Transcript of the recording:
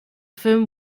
film